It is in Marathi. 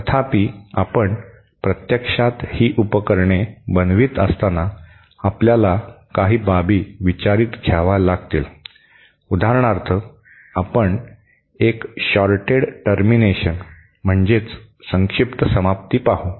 तथापि आपण प्रत्यक्षात ही उपकरणे बनवित असताना आपल्याला काही बाबी विचारात घ्याव्या लागतील उदाहरणार्थ आपण एक शॉर्टेड टर्मिनेशन म्हणजे संक्षिप्त समाप्ती पाहू